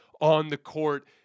on-the-court